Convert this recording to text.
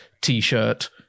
t-shirt